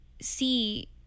see